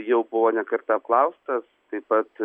jau buvo ne kartą apklaustas taip pat